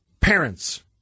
Parents